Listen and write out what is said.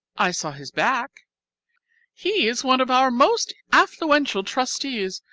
i saw his back he is one of our most affluential trustees,